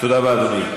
תודה רבה, אדוני.